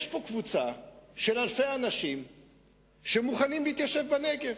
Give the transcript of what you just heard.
יש פה קבוצה של אלפי אנשים שמוכנים להתיישב בנגב.